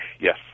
Yes